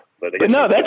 No